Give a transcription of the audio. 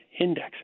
index